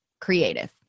creative